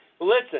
Listen